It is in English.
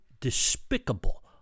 despicable